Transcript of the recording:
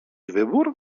wybór